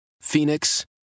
Phoenix